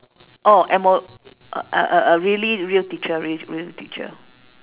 oh M_O~ uh uh uh really real teacher real real teacher